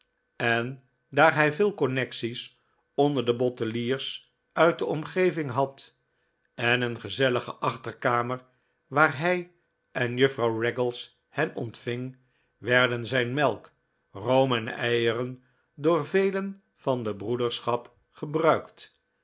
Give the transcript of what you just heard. en daar hij veel connecties onder de botteliers uit de omgeving had en een gezellige achterkamer waar hij en juffrouw raggles hen ontving werden zijn melk room en eieren door velen van de broederschap gebruikt